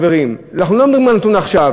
חברים, ואנחנו לא מדברים על הנתון עכשיו.